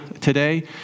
today